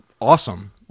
awesome